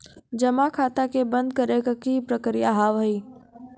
जमा खाता के बंद करे के की प्रक्रिया हाव हाय?